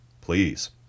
please